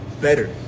better